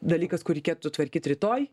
dalykas kur reikėtų tvarkyt rytoj